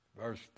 verse